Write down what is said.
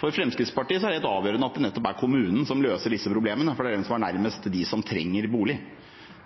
For Fremskrittspartiet er det helt avgjørende at det nettopp er kommunen som løser disse problemene, for det er kommunen som er nærmest dem som trenger bolig.